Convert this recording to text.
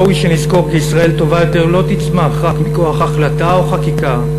ראוי שנזכור כי ישראל טובה יותר לא תצמח רק מכוח החלטה או חקיקה.